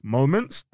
Moments